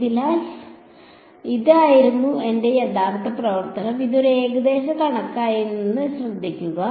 അതിനാൽ ഇതായിരുന്നു എന്റെ യഥാർത്ഥ പ്രവർത്തനം ഇത് ഒരു ഏകദേശ കണക്കാണെന്ന് ശ്രദ്ധിക്കുക